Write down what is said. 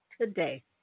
today